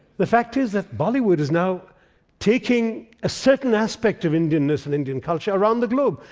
the fact is that bollywood is now taking a certain aspect of indian-ness and indian culture around the globe,